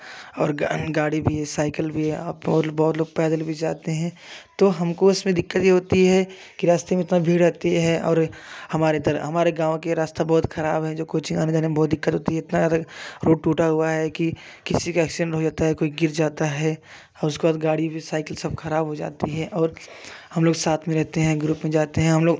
और गा गाड़ी भी है साइकिल भी है बहुत बहुत लोग पैदल भी जाते हैं तो हमको उसमें दिक्कत यह होती है कि रास्ते में इतना भीड़ रहती है और हमारे तरफ़ गाँव का रास्ता बहुत खराब है जो कोचिंग आने जाने में बहुत दिक्कत होती है इतना ज़्यादा टूटा हुआ है कि किसी का एक्सीडेंट हो जाता है कोई गिर जाता है उसके बाद गाड़ी साइकिल सब खराब हो जाती है और हम लोग साथ में रहते हैं ग्रुप में जाते हैं हम लोग